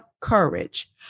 courage